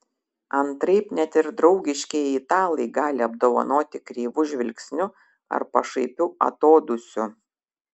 antraip net ir draugiškieji italai gali apdovanoti kreivu žvilgsniu ar pašaipiu atodūsiu